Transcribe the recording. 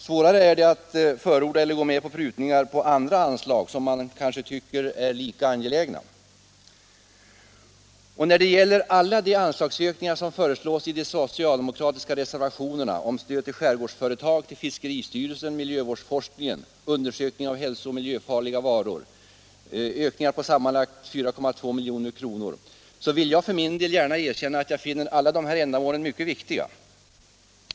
Svårare är det att förorda eller gå med på prutningar på andra anslag, som man kanske tycker är lika angelägna. När det gäller de anslagsökningar som föreslås i de socialdemokratiska reservationerna om stöd till skärgårdsföretag, till fiskeristyrelsen, till miljövårdsforskningen och till undersökning av hälso och miljöfarliga varor, sammanlagt 4,2 milj.kr., vill jag gärna erkänna att jag finner alla dessa önskemål mycket viktiga.